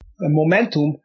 momentum